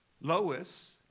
Lois